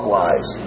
lies